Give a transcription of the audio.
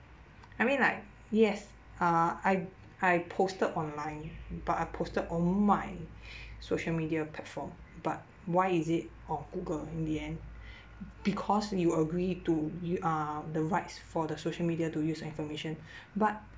I mean like yes uh I I posted online but I posted on my social media platform but why is it on google in the end because you agree to you uh the rights for the social media to use your information but